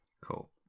Cool